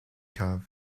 cave